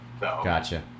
Gotcha